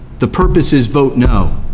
the purpose is vote no.